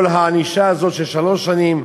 כל הענישה הזאת של שלוש שנים,